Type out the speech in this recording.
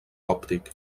òptic